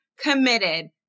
committed